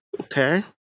Okay